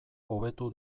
hobetu